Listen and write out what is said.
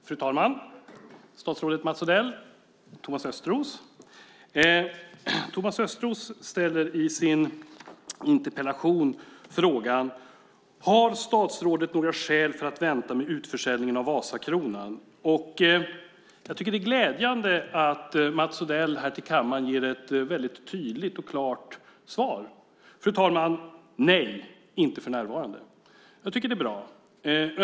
Fru talman! Statsrådet Mats Odell! Thomas Östros! Thomas Östros ställer i sin interpellation frågan om statsrådet har några skäl för att vänta med försäljningen av Vasakronan. Jag tycker att det är glädjande att Mats Odell här till kammaren ger ett väldigt tydligt och klart svar, fru talman: Nej, inte för närvarande. Jag tycker att det är bra.